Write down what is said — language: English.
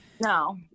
no